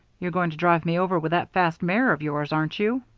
you're going to drive me over with that fast mare of yours, aren't you?